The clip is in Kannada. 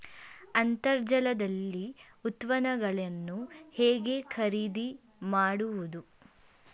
ಅಂತರ್ಜಾಲದಲ್ಲಿ ಉತ್ಪನ್ನಗಳನ್ನು ಹೇಗೆ ಖರೀದಿ ಮಾಡುವುದು?